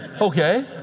Okay